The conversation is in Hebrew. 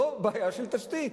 זאת בעיה של תשתית,